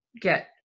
get